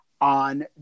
on